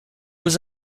was